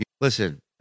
listen